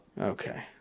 Okay